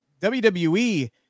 WWE